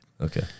Okay